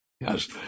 Yes